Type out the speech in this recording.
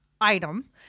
item